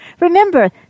Remember